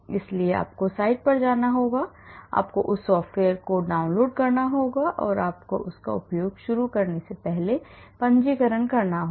इसलिए आपको साइट पर जाना होगा और फिर आपको उस सॉफ़्टवेयर को डाउनलोड करना होगा और फिर आपको इसका उपयोग शुरू करने से पहले पंजीकरण करना होगा